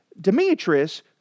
Demetrius